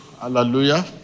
Hallelujah